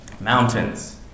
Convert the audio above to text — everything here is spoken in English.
Mountains